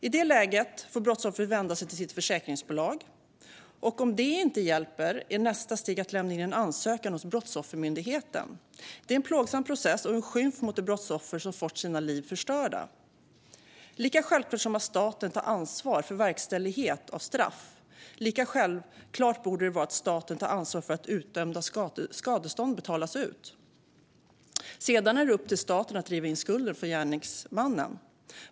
I det läget får brottsoffret vända sig till sitt försäkringsbolag. Om det inte hjälper är nästa steg att lämna in en ansökan hos Brottsoffermyndigheten. Det är en plågsam process och en skymf mot de brottsoffer som fått sina liv förstörda. Lika självklart som det är att staten tar ansvar för verkställighet av straff, lika självklart borde det vara att staten tar ansvar för att utdömda skadestånd betalas ut. Sedan är det upp till staten att driva in skulden från gärningsmannen.